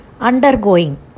Undergoing